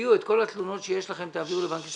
שתביאו את כל התלונות שיש לכם, תעבירו לבנק ישראל.